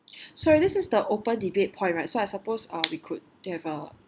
sorry this is the open debate point right so I suppose uh we could to have a